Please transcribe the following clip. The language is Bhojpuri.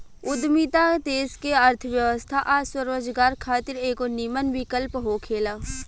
उद्यमिता देश के अर्थव्यवस्था आ स्वरोजगार खातिर एगो निमन विकल्प होखेला